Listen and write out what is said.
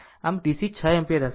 આમ DC 6 ampere હશે